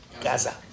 Gaza